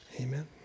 amen